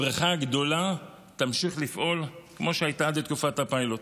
הבריכה הגדולה תמשיך לפעול כמו שהייתה עד לתקופת הפיילוט.